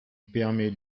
permet